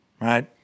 right